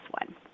one